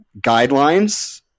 guidelines